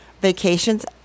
vacations